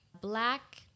black